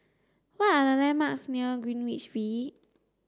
what are the landmarks near Greenwich V